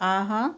ஆஹா